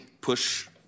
push